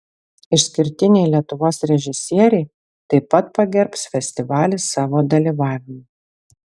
išskirtiniai lietuvos režisieriai taip pat pagerbs festivalį savo dalyvavimu